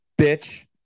bitch